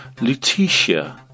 Lutetia